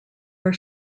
are